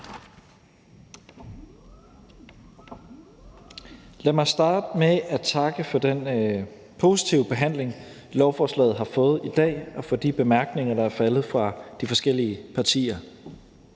Lad mig starte med at takke for den positive behandling, lovforslaget har fået i dag, og for de bemærkninger, der er faldet, fra de forskellige partier.